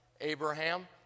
Abraham